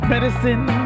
Medicine